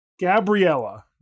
Gabriella